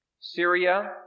Syria